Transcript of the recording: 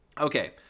okay